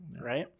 right